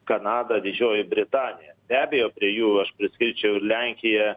kanada didžioji britanija be abejo prie jų aš priskirčiau ir lenkiją